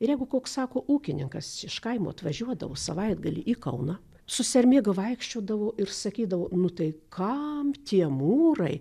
ir jeigu koks sako ūkininkas iš kaimo atvažiuodavo savaitgalį į kauną su sermėga vaikščiodavo ir sakydavo nu tai kam tie mūrai